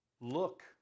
Look